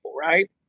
right